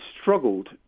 struggled